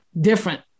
Different